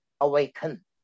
awaken